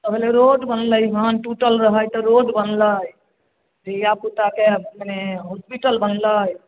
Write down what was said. अबले रोड बनलै हँ टुटल रहै तऽ रोड बनलै धिआपुताके मने हॉस्पिटल बनलै